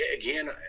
again